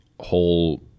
whole